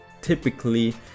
typically